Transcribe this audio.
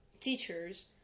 teachers